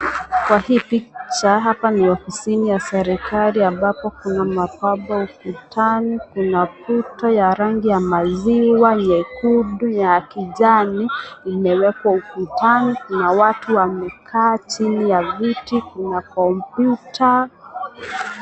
Kwa ii picha hapa ni ofisini ya serikali ambapo kuna mabampo ukutani kuna kuta ya rangi ya maziwa, nyekundu ya kijani imewekwa ukutani, Kuna watu wamekaa chini ya viti kuna(cs) computer(cs).